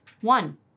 One